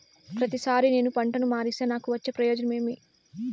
ప్రతిసారి నేను పంటను మారిస్తే నాకు వచ్చే ప్రయోజనం ఏమి?